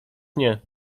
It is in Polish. nie